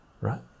right